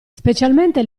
specialmente